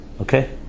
Okay